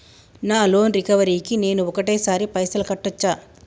నా loan recovery కి నేను ఒకటేసరి పైసల్ కట్టొచ్చా?